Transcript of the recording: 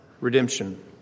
redemption